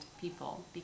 people